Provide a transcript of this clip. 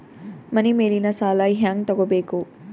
ಮನಿ ಮೇಲಿನ ಸಾಲ ಹ್ಯಾಂಗ್ ತಗೋಬೇಕು?